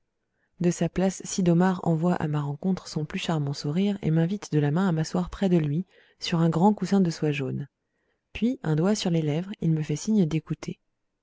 de sa place sid'omar envoie à ma rencontre son plus charmant sourire et m'invite de la main à m'asseoir près de lui sur un grand coussin de soie jaune puis un doigt sur les lèvres il me fait signe d'écouter